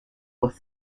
was